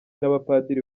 n’abapadiri